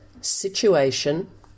Situation